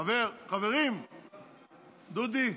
חברים, דודי,